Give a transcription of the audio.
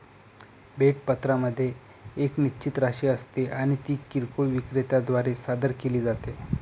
भेट पत्रामध्ये एक निश्चित राशी असते आणि ती किरकोळ विक्रेत्या द्वारे सादर केली जाते